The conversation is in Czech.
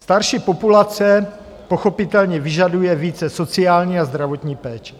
Starší populace pochopitelně vyžaduje více sociální a zdravotní péče.